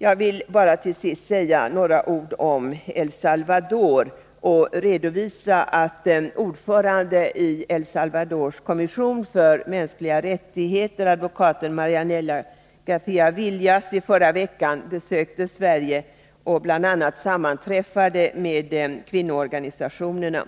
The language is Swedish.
Jag vill till sist säga några ord om El Salvador och redovisa att ordföranden i El Salvadors kommission för mänskliga rättigheter, advokaten Marianella Garcia-Villas under förra veckan besökte Sverige och bl.a. sammanträffade med kvinnoorganisationerna.